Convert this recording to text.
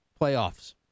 playoffs